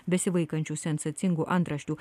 besivaikančių sensacingų antraščių